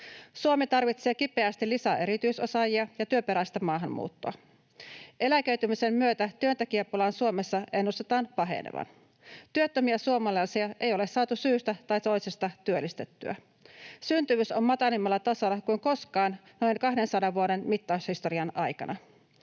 Suomi tarvitsee kipeästi lisää erityisosaajia ja työperäistä maahanmuuttoa. Eläköitymisen myötä työntekijäpulan Suomessa ennustetaan pahenevan. Työttömiä suomalaisia ei ole saatu syystä tai toisesta työllistettyä. Syntyvyys on matalimmalla tasolla kuin koskaan noin 200 vuoden mittaushistorian aikana.